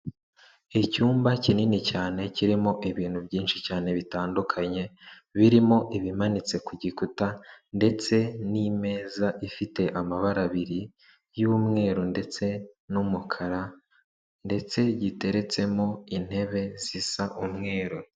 Icyumba kinini cyane kirimo ibintu byinshi cyane bitandukanye, birimo ibimanitse ku gikuta, ndetse n'imeza ifite amabara abiri y'umweru ndetse n'umukara, ndetse giteretsemo intebe zisa umweru.